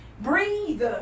breathe